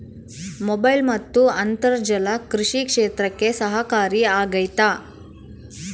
Mobile ಮತ್ತು ಅಂತರ್ಜಾಲ ಕೃಷಿ ಕ್ಷೇತ್ರಕ್ಕೆ ಸಹಕಾರಿ ಆಗ್ತೈತಾ?